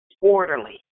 orderly